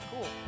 cool